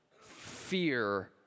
fear